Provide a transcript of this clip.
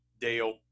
Dale